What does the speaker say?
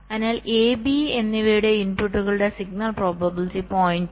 അതിനാൽ A B എന്നിവയുടെ ഇൻപുട്ടുകളുടെ സിഗ്നൽ പ്രോബബിലിറ്റി 0